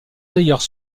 d’ailleurs